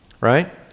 right